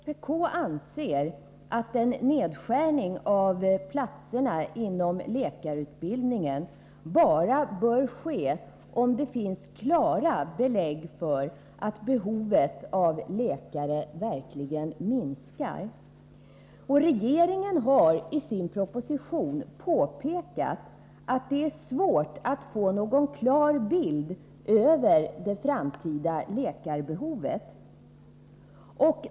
Fru talman! Vpk anser att en nedskärning av antalet platser inom läkarutbildningen bör ske bara om det finns klara belägg för att behovet av läkare verkligen minskar. Regeringen har i sin proposition påpekat att det är svårt att få någon klar bild av det framtida läkarbehovet.